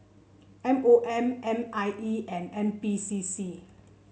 M O M N I E and N P C C